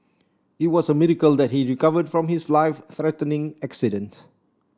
it was a miracle that he recovered from his life threatening accident